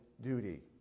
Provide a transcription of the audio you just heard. duty